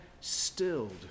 stilled